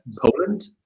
Poland